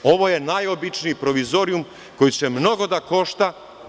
Ovo je najobičniji provizorijum koji će mnogo da košta.